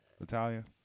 Italian